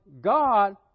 God